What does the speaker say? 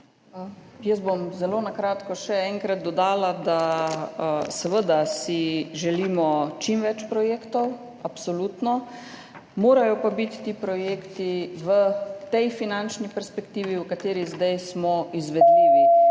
Jaz bom zelo na kratko še enkrat dodala, da si seveda želimo čim več projektov, absolutno, morajo pa biti ti projekti v tej finančni perspektivi, v kateri smo zdaj, izvedljivi.